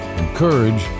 encourage